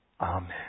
Amen